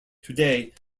today